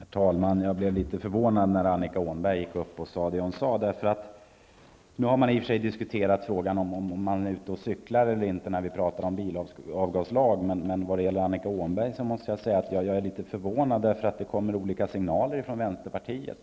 Herr talman! Jag blev litet förvånad när Annika Åhnberg gick upp i talarstolen och sade det hon sade. Nu har det visserligen diskuterats om man är ute och cyklar eller ej när frågan handlar om en bilavgaslag. Jag är förvånad, för det kommer litet olika signaler från vänsterpartiet.